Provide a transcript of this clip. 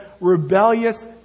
rebellious